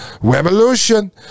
revolution